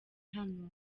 hano